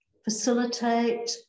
Facilitate